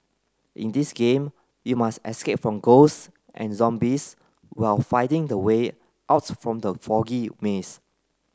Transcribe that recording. in this game you must escape from ghosts and zombies while finding the way out from the foggy maze